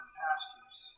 pastors